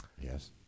Yes